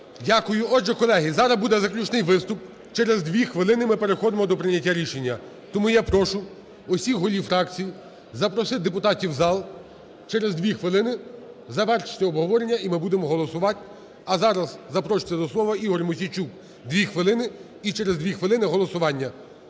Дякую. Отже, колеги, зараз буде заключний виступ. Через дві хвилини ми переходимо до прийняття рішення. Тому я прошу усіх голів фракцій запросити депутатів в зал, через дві хвилини завершити обговорення, і ми будемо голосувати. А зараз запрошується до слова Ігор Мосійчук, дві хвилини, і через дві хвилини голосування.